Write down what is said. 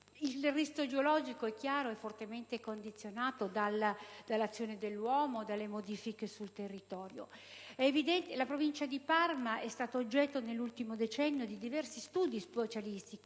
Il rischio idrogeologico è chiaramente condizionato in maniera forte dall'azione dell'uomo e dalle modifiche del territorio. La Provincia di Parma è stata oggetto nell'ultimo decennio di diversi studi specialistici,